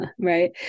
right